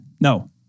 no